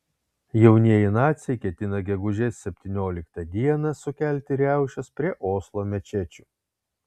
jaunieji naciai ketina gegužės septynioliktą dieną sukelti riaušes prie oslo mečečių